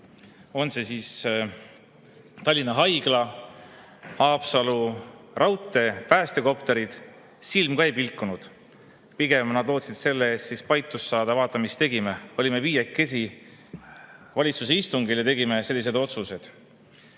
On see siis Tallinna Haigla, Haapsalu raudtee, päästekopterid – silm ka ei pilkunud. Pigem nad lootsid selle eest paitust saada – vaata, mis tegime, olime viiekesi valitsuse istungil ja tegime sellised otsused. Ja